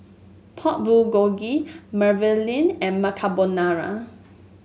Pork Bulgogi Mermicelli and Macarbonara